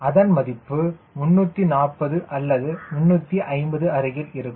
அதன் மதிப்பு 340 அல்லது 350 அருகில் இருக்கும்